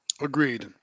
Agreed